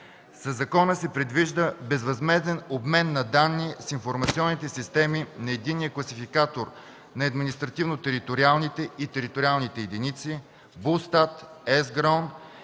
Със закона се предвижда безвъзмезден обмен на данни с информационните системи на Единния класификатор на административно-териториалните и териториалните единици, БУЛСТАТ, ЕСГРАОН,